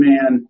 Man